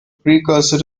precursor